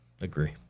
agree